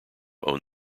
own